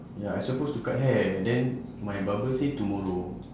ya I suppose to cut hair and then my barber say tomorrow